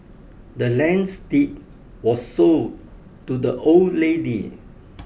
the land's deed was sold to the old lady